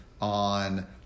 on